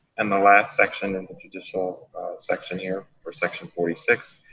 and the last section in the judicial section here, for section forty six,